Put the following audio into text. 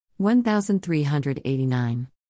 1389